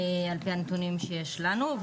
על פי הנתונים שיש לנו.